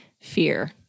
fear